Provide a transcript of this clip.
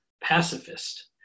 pacifist